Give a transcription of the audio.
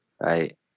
right